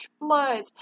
blood